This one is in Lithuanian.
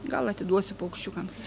gal atiduosi paukščiukams